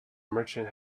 merchant